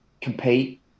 compete